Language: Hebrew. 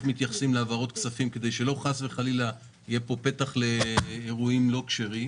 מתייחסים להעברות כספים כדי שלא חס וחלילה יהיה פתח לאירועים לא כשרים.